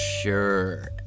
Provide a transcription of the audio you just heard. sure